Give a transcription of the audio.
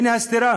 הנה הסתירה.